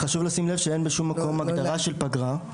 חשוב לשים לב שאין בשום מקום הגדרה של פגרה.